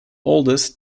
oldest